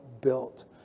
built